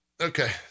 Okay